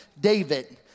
David